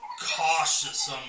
cautious